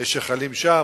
שחלים שם.